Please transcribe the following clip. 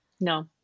No